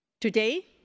Today